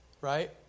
right